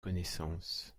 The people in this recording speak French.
connaissance